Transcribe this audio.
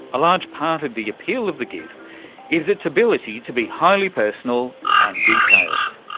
a large part of the appeal of the gif is its ability to be highly personal and detailed.